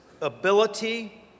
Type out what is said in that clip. ability